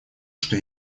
что